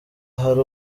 hari